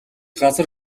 газар